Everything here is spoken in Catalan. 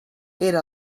era